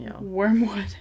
Wormwood